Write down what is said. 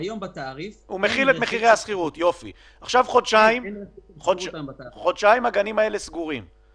במשך חודשיים הגנים האלה היו סגורים.